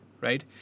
Right